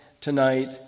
tonight